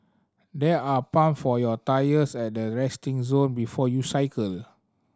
there are pump for your tyres at the resting zone before you cycle